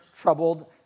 troubled